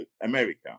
America